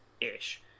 ish